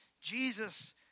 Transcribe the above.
Jesus